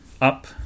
up